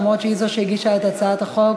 אף שהיא שהגישה את הצעת החוק,